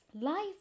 Life